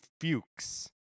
Fuchs